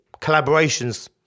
collaborations